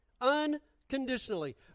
Unconditionally